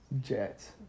jets